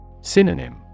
Synonym